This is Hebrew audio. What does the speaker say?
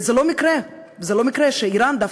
וזה לא מקרה שאיראן דווקא,